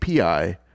API